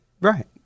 Right